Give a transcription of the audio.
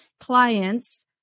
clients